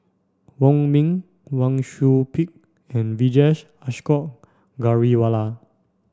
Wong Ming Wang Sui Pick and Vijesh Ashok Ghariwala